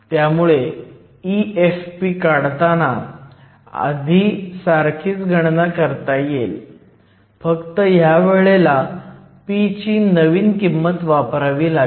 त्यामुळे EFp काढताना आधी सारखीच गणना करता येईल फक्त ह्यावेळेला p ची नवीन किंमत वापरावी लागेल